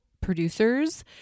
producers